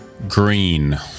green